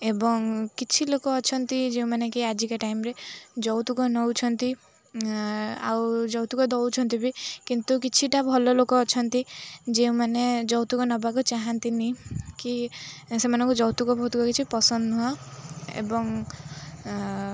ଏବଂ କିଛି ଲୋକ ଅଛନ୍ତି ଯେଉଁମାନେ କି ଆଜିକା ଟାଇମ୍ରେ ଯୌତୁକ ନେଉଛନ୍ତି ଆଉ ଯୌତୁକ ଦେଉଛନ୍ତି ବି କିନ୍ତୁ କିଛିଟା ଭଲ ଲୋକ ଅଛନ୍ତି ଯେଉଁମାନେ ଯୌତୁକ ନେବାକୁ ଚାହାଁନ୍ତିନି କି ସେମାନଙ୍କୁ ଯୌତୁକବୌତୁକ କିଛି ପସନ୍ଦ ନୁହଁ ଏବଂ